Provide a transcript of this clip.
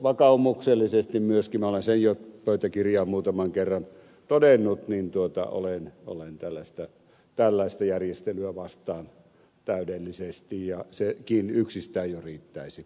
vakaumuksellisesti myöskin olen sen jo pöytäkirjaan muutaman kerran todennut niin tuota ole en ole olen tällaista järjestelyä vastaan täydellisesti ja sekin yksistään jo riittäisi perusteluksi